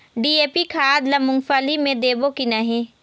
DAP खाद ला मुंगफली मे देबो की नहीं?